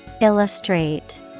Illustrate